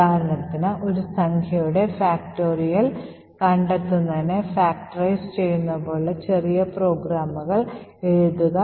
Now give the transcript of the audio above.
ഉദാഹരണത്തിന് ഒരു സംഖ്യയുടെ ഫാക്റ്റോറിയൽ കണ്ടെത്തുന്നതിനെ ഫാക്റ്ററൈസ് ചെയ്യുന്നത് പോലുള്ള ചെറിയ പ്രോഗ്രാമുകൾ എഴുതുക